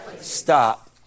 Stop